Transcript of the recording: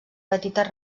petites